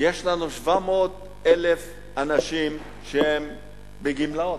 לנו 700,000 אנשים שהם בגמלאות.